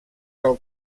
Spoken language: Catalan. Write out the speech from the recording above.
del